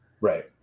Right